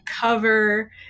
cover